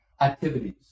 activities